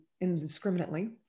indiscriminately